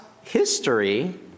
history